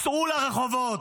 וצאו לרחובות.